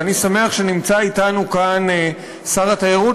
ואני שמח שנמצא אתנו כאן שר התיירות,